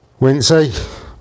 Wincy